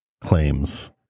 claims